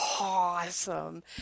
awesome